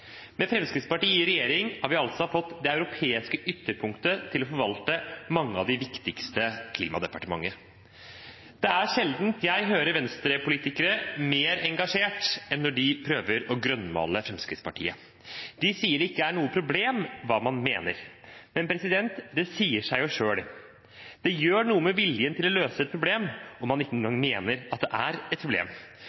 Med Fremskrittspartiet i regjering har vi altså fått det europeiske ytterpunktet til å forvalte mange av de viktigste klimadepartementene. Det er sjelden jeg hører Venstre-politikere mer engasjert enn når de prøver å grønnmale Fremskrittspartiet. De sier at det ikke er noe problem hva man mener, men det sier seg jo selv – det gjør noe med viljen til å løse et problem når man ikke engang mener at det er et problem.